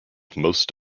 most